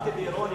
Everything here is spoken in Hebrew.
דיברתי באירוניה,